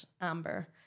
amber